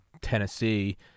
Tennessee